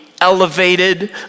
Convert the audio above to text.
elevated